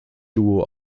duo